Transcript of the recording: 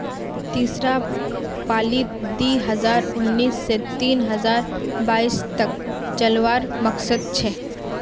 तीसरा पालीत दी हजार उन्नीस से दी हजार बाईस तक चलावार मकसद छे